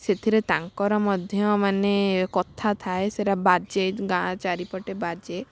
ସେଥିରେ ତାଙ୍କର ମଧ୍ୟ ମାନେ କଥା ଥାଏ ସେଇଟା ବାଜେ ଗାଁ ଚାରିପଟେ ବାଜେ